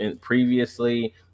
previously